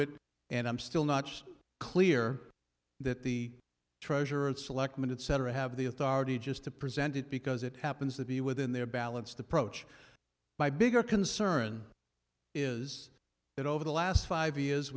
it and i'm still not clear that the treasurer and selectman and center have the authority just to present it because it happens to be within their balanced approach my bigger concern is that over the last five years